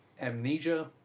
amnesia